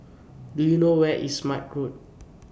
Do YOU know Where IS Smart Road